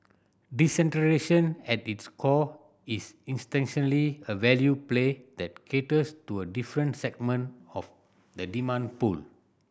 decentralisation at its core is a value play that caters to a different segment of the demand pool